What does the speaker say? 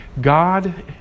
God